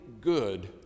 good